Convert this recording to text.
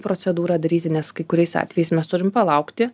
procedūrą daryti nes kai kuriais atvejais mes turim palaukti